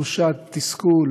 תחושת תסכול,